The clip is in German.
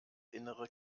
innere